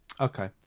Okay